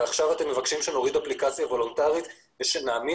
ועכשיו אתם מבקשים שנוריד אפליקציה וולונטרית ושנאמין